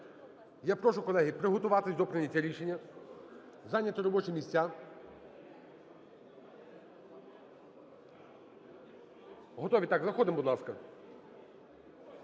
Я прошу, колеги, приготуватися до прийняття рішення, зайняти робочі місця. Готові, так? Заходимо, будь ласка.